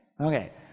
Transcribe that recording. okay